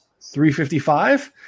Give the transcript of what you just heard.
355